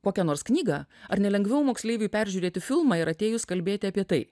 kokią nors knygą ar ne lengviau moksleiviui peržiūrėti filmą ir atėjus kalbėti apie tai